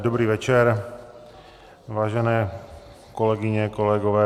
Dobrý večer, vážené kolegyně, kolegové.